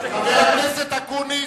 חבר הכנסת אקוניס.